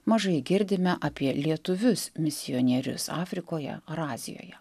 mažai girdime apie lietuvius misionierius afrikoje ar azijoje